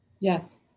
Yes